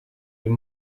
iyi